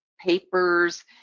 papers